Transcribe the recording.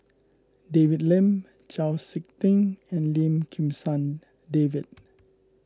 David Lim Chau Sik Ting and Lim Kim San David